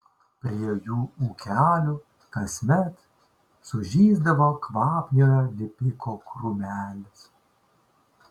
prie jų ūkelio kasmet sužysdavo kvapniojo lipiko krūmelis